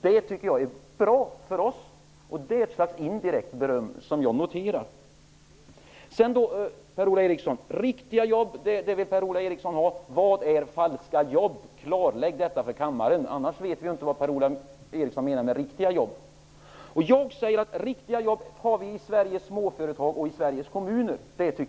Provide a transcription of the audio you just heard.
Det är bra för oss. Det är ett slags indirekt beröm som jag noterar. Per-Ola Eriksson vill ha riktiga jobb. Men vad är då falska jobb? Klargör detta för kammaren, annars vet vi inte vad Per-Ola Eriksson menar med riktiga jobb. Riktiga jobb har vi i Sveriges småföretag och i Sveriges kommuner.